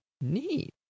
Neat